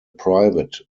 private